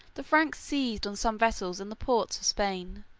the franks seized on some vessels in the ports of spain,